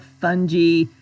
fungi